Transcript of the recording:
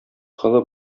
колы